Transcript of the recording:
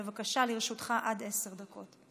בבקשה, לרשותך עד עשר דקות.